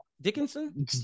dickinson